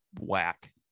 whack